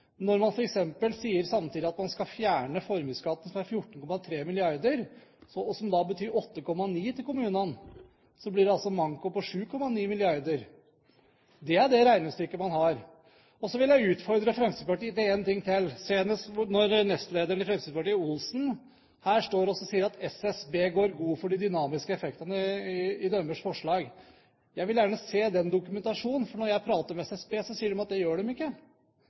når man samtidig sier at man skal fjerne formuesskatten, som er på 14,3 mrd. kr, noe som da betyr 8,9 mrd. kr til kommunene, blir det altså manko på 7,9 mrd. kr. Det er det regnestykket man har. Så vil jeg utfordre Fremskrittspartiet på en ting til: Nestlederen i Fremskrittspartiet, Olsen, står her og sier at SSB går god for de dynamiske effektene i deres forslag. Jeg vil gjerne se den dokumentasjonen, for når jeg snakker med SSB, sier de at det gjør de ikke.